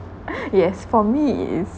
yes for me is